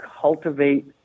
cultivate